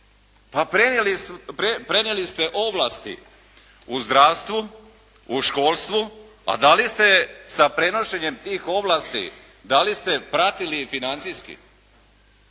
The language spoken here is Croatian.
Ma prenijeli ste ovlasti u zdravstvu, u školstvu. Pa da li ste sa prenošenjem tih ovlasti, da li ste pratili financijski?